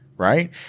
Right